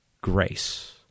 grace